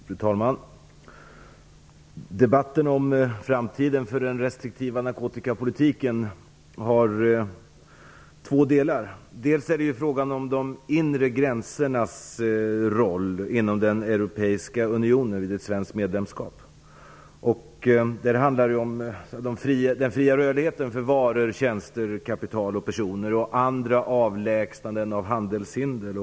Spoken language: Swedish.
Fru talman! Debatten om framtiden för den restriktiva narkotikapolitiken består av två delar. Det handlar om de inre gränsernas roll inom den europeiska unionen vid ett svenskt medlemskap. Det handlar om den fria rörligheten för varor, tjänster, kapitaloch personer och andra avlägsnanden av handelshinder.